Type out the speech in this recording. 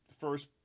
first